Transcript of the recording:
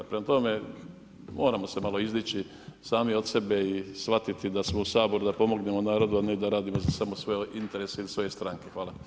Prema tome, moramo se malo izdići sami od sebe i shvatiti da smo u Saboru da pomognemo narodu, a ne da radimo samo za svoje interese ili svoje stranke.